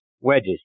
wedges